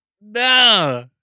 No